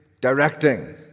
directing